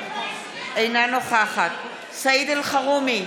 אינה נוכחת סעיד אלחרומי,